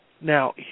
Now